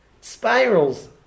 spirals